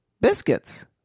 Biscuits